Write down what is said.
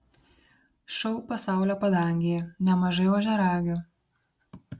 šou pasaulio padangėje nemažai ožiaragių